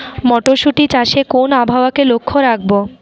মটরশুটি চাষে কোন আবহাওয়াকে লক্ষ্য রাখবো?